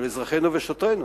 של אזרחינו ושוטרינו,